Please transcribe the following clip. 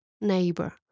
neighbor